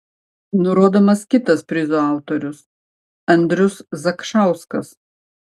nurodomas kitas prizo autorius andrius zakšauskas